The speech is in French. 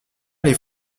les